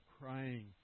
crying